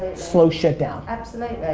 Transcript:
slow shit down. absolutely,